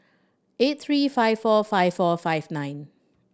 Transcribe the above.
eight three five four five four five nine